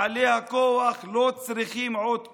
בעלי הכוח לא צריכים עוד כוח,